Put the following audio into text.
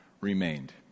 remained